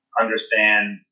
understand